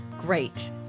Great